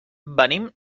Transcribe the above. venim